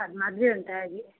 ಅದು ಮದುವೆ ಉಂಟು ಆಗಿ